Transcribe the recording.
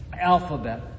alphabet